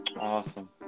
Awesome